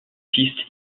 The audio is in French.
pistes